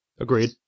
Agreed